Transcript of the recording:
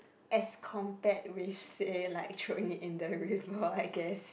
as compared with say like throwing in the river I guess